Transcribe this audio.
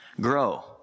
grow